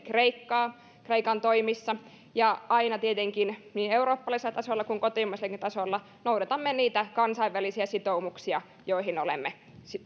kreikkaa kreikan toimissa ja aina tietenkin niin eurooppalaisella tasolla kuin kotimaisellakin tasolla noudatamme niitä kansainvälisiä sitoumuksia joihin olemme